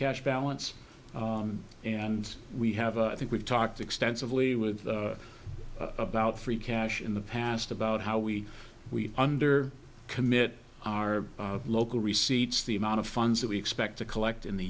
cash balance and we have a i think we've talked extensively with about free cash in the past about how we we under commit our local receipts the amount of funds that we expect to collect in the